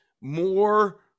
more